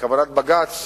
כוונת בג"ץ,